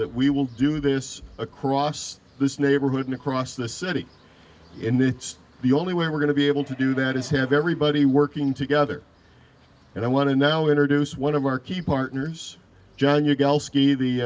that we will do this across this neighborhood across the city in it's the only way we're going to be able to do that is have everybody working together and i want to now introduce one of our key partners john your gal ski the